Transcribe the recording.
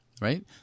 right